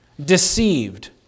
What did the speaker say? Deceived